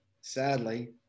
sadly